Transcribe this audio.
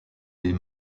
les